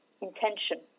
intention